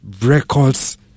records